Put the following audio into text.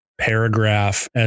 paragraph